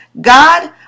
God